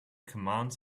commands